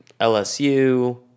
LSU